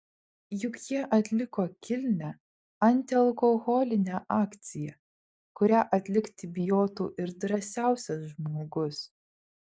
juk jie atliko kilnią antialkoholinę akciją kurią atlikti bijotų ir drąsiausias žmogus